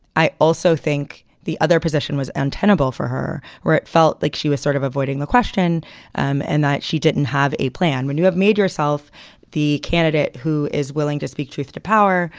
i also think the other position was untenable for her or it felt like she was sort of avoiding the question um and that she didn't have a plan when you have made yourself the candidate who is willing to speak truth to power